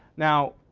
now,